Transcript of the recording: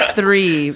three